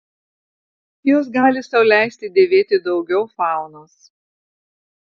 jos gali sau leisti dėvėti daugiau faunos